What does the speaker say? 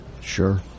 sure